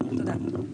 תודה.